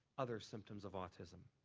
other symptoms of autism.